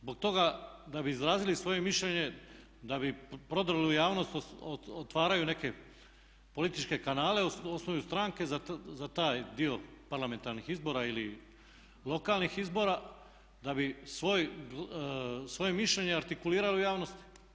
Zbog toga da bi izrazili svoje mišljenje, da bi prodrli u javnost otvaraju neke političke kanale, osnuju stranke za taj dio parlamentarnih izbora ili lokalnih izbora da bi svoje mišljenje artikulirali u javnosti.